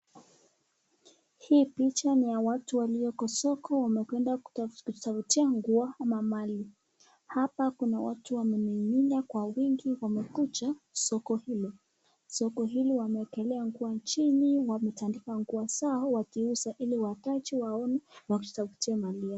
hii picha ni ya watu walioko soko wamekwenda kutafuta nguo ama mali hapa kuna watu wamenunua kwa wingi wamekuja soko hilo, soki hili wamewekelea nguo chini wametandika nguo zao wakiuza iliwakati wa